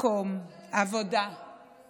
בכל מקום עבודה --- "ממשלת זדון",